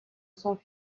son